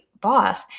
boss